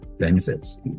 benefits